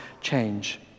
change